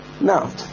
Now